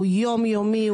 הוא יום-יומי,